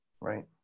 Right